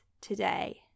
today